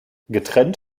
getrennt